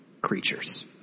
creatures